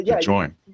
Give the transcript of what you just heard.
join